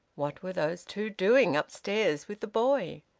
what were those two doing upstairs with the boy?